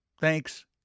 Thanks